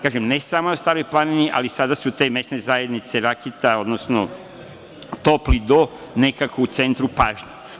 Kažem, ne samo na Staroj planini, ali sada su te mesne zajednice Rakita, odnosno Topli Do nekako u centru pažnju.